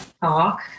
talk